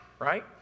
right